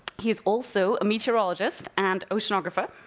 he is also a meteorologist and oceanographer.